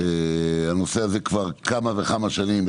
הנושא הזה כבר כמה וכמה שנים,